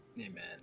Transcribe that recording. Amen